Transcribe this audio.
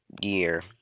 year